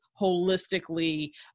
holistically